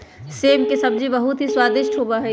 सेम के सब्जी बहुत ही स्वादिष्ट होबा हई